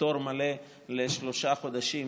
פטור מלא לשלושה חודשים,